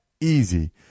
easy